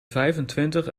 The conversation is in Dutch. vijfentwintig